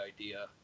idea